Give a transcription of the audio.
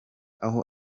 aho